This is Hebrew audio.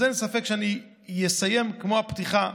אז אין ספק, אני אסיים כמו הפתיחה,